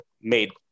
made